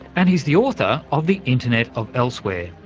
and he's the author of the internet of elsewhere,